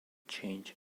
change